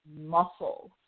muscles